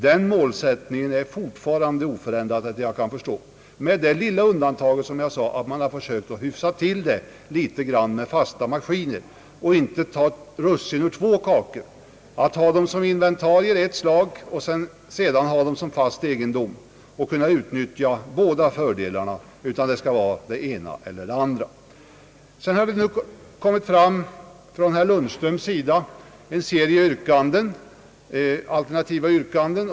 Den målsättningen är fortfarande giltig, såvitt jag kan förstå, med det lilla undantaget att man har försökt att hyfsa till det hela genom att ändra tilllämpningen för fasta maskiner och inte tar russin ur två kakor, dvs. att betrakta dem som inventarier ett år och sedan betrakta dem som fast egendom för att kunna utnyttja båda fördelarna. Det skall vara antingen det ena eller det andra.